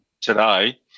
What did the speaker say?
today